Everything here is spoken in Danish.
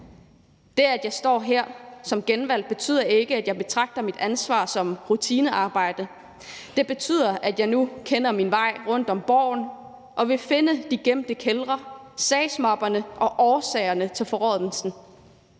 Det, at jeg står her som genvalgt, betyder ikke, at jeg betragter mit ansvar som rutinearbejde. Det betyder, at jeg nu kender min vej rundt på Borgen og vil finde de gemte kældre, sagsmapper og årsagerne til forrådnelsen.